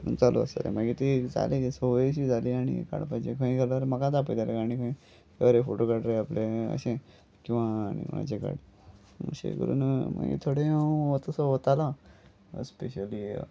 चालू आसतलें मागीर ती जाली ती संवयशी जाली आनी काडपाचें खंय गेल्यार म्हाकाच आपयताले आनी खंय बरें फोटो काड रे आपले अशें किंवां आनी कोणाचें काड अशें करून मागीर थोडें हांव हो तसो वतालो स्पेशली